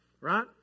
right